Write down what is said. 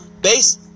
base